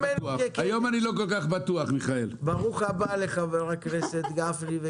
בקר לבשר מרעה.